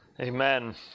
Amen